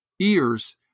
ears